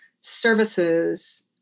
services